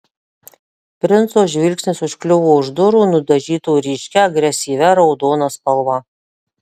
princo žvilgsnis užkliuvo už durų nudažytų ryškia agresyvia raudona spalva